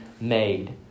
made